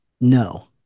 no